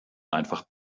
einfach